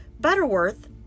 Butterworth